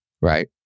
right